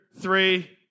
three